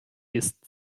ist